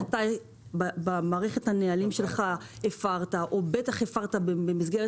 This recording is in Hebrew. שהוא הפר משהו במערכת הנהלים שלו או בטח הפר במסגרת